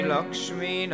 Lakshmi